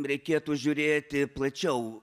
reikėtų žiūrėti plačiau